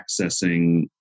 accessing